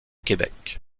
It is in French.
québec